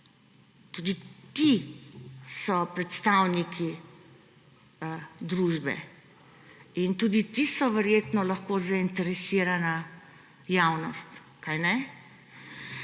Tudi ti so predstavniki družbe in tudi ti so verjetno lahko zainteresirana javnost – kajne?